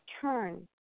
turn